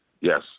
Yes